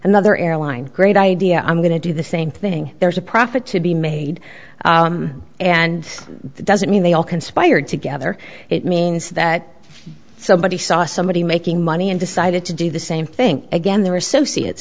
another airline great idea i'm going to do the same thing there's a profit to be made and that doesn't mean they all conspired together it means that somebody saw somebody making money and decided to do the same thing again there are so see it